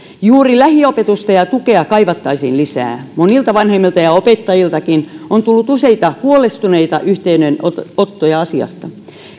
juuri lähiopetusta ja ja tukea kaivattaisiin lisää monilta vanhemmilta ja opettajiltakin on tullut useita huolestuneita yhteydenottoja asiasta